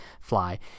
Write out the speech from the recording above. fly